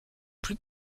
plus